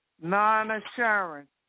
non-assurance